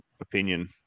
opinion